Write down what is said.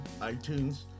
iTunes